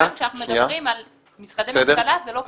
גם כשאנחנו מדברים על משרדי ממשלה זה לא פשוט.